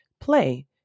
play